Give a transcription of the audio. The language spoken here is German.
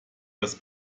das